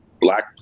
black